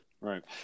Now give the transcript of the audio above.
Right